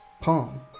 palm